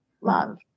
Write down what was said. Love